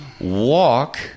Walk